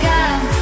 God